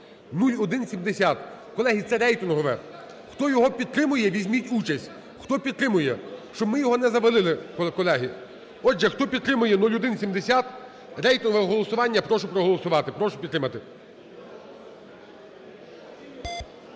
(0170). Колеги, це рейтингове. Хто його підтримує, візьміть участь. Хто підтримує. Щоб ми його не завалили, колеги. Отже, хто підтримує 0170, рейтингове голосування. Прошу проголосувати. Прошу підтримати.